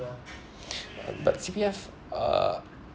but C_P_F uh